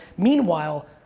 meanwhile,